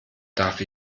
darf